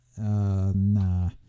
nah